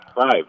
five